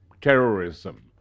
terrorism